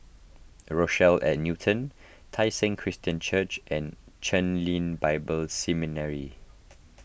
Rochelle at Newton Tai Seng Christian Church and Chen Lien Bible Seminary